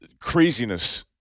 Craziness